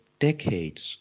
decades